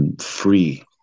free